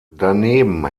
daneben